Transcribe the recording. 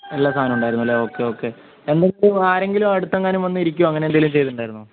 എല്ലാ സാധനവും ഉണ്ടായിരുന്നല്ലേ ഓക്കേ ഓക്കേ എന്നിട്ട് ആരെങ്കിലും അടുത്തെങ്ങാനും വന്നിരിക്കോ അങ്ങനെത്തെങ്കിലും ചെയ്തിട്ടുണ്ടായിരുന്നോ